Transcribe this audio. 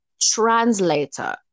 translator